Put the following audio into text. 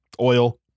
oil